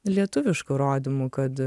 lietuvišku rodymų kad